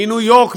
מניו-יורק,